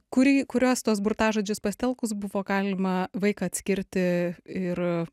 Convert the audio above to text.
kurį kuriuos tuos burtažodžius pasitelkus buvo galima vaiką atskirti ir